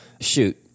shoot